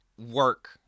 work